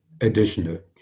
additional